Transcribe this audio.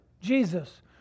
Jesus